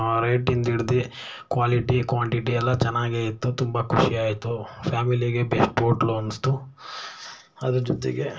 ರೇಟಿಂದ ಹಿಡ್ದು quality quantity ಎಲ್ಲ ಚೆನ್ನಾಗೆ ಇತ್ತು ತುಂಬ ಖುಷಿಯಾಯಿತು ಫ್ಯಾಮಿಲಿಗೆ ಬೆಸ್ಟ್ ಓಟ್ಲು ಅನ್ನಿಸ್ತು ಅದ್ರ ಜೊತೆಗೆ